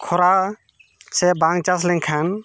ᱠᱷᱚᱨᱟ ᱥᱮ ᱵᱟᱝ ᱪᱟᱥ ᱞᱮᱱᱠᱷᱟᱱ